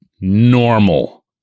normal